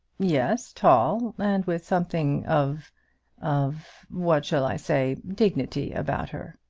yes, tall, and with something of of what shall i say dignity, about her.